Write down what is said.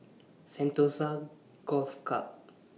Sentosa Golf Club